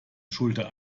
schulter